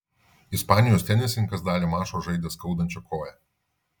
ispanijos tenisininkas dalį mačo žaidė skaudančia koja